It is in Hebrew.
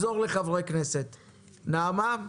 נעמה,